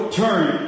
turn